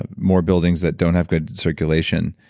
ah more buildings that don't have good circulation.